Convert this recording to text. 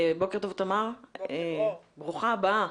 בוקר טוב תמר, ברוכה הבאה.